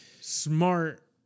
smart